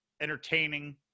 entertaining